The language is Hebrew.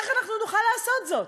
איך אנחנו נוכל לעשות זאת?